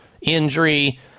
injury